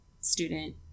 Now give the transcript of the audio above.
student